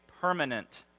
permanent